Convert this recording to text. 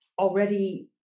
already